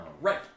Right